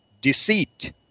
deceit